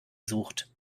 sucht